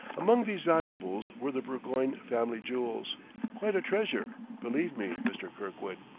among these valuables were the burgoyne family jewels quite a treasure, believe me, mr. kirkwood.